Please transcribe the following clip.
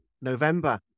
November